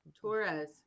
Torres